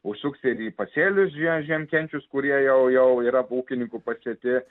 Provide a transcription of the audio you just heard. užsuks jie į pasėlius žie žiemkenčius kurie jau jau yra ūkininkų pasėti